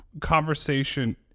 conversation